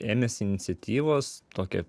ėmėsi iniciatyvos tokią